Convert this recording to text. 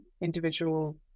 individual